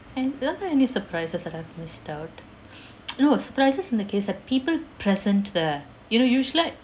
and are there any surprises that I've missed out no surprises in the case that people present there you know usually like